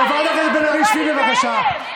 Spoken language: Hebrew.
חברת הכנסת בן ארי, שבי, בבקשה.